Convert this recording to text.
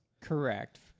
Correct